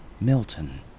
Milton